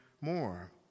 more